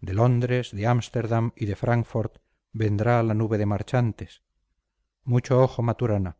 de londres de amsterdam y de francfort vendrá la nube de marchantes mucho ojo maturana